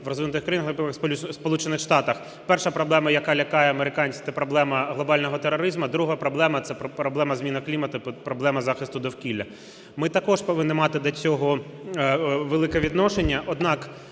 в розвинутих країнах, наприклад, в Сполучених Штатах, перша проблема, яка лякає американців – це проблема глобального тероризму, друга проблема – це проблема зміни клімату і проблема захисту довкілля. Ми також повинні мати до цього велике відношення.